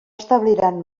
establiran